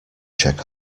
check